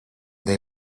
they